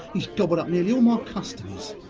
he's gobbled up nearly all my customers,